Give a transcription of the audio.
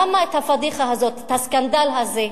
למה הפאדיחה הזאת, הסקנדל הזה?